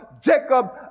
Jacob